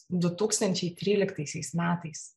du tūkstančiai tryliktaisiais metais